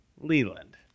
Leland